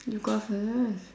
you go first